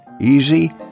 easy